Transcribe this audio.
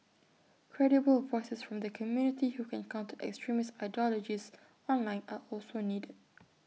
credible voices from the community who can counter extremist ideologies online are also needed